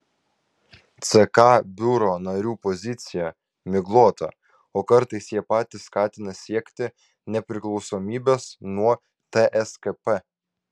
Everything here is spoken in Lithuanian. ck biuro narių pozicija miglota o kartais jie patys skatina siekti nepriklausomybės nuo tskp